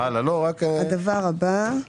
הדבר הבא,